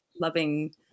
loving